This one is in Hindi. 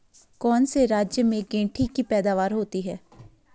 कौन से राज्य में गेंठी की पैदावार होती है?